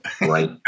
Right